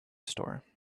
store